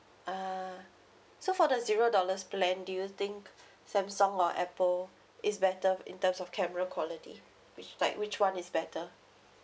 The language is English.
uh so for the zero dollars plan do you think samsung or apple is better in terms of camera quality which like which one is better